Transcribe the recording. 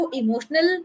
emotional